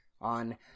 On